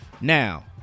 Now